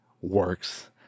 works